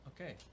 okay